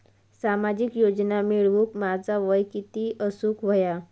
सामाजिक योजना मिळवूक माझा वय किती असूक व्हया?